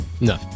No